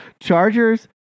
Chargers